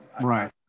right